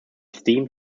steam